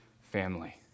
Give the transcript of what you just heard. family